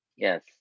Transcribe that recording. Yes